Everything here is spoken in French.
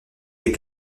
des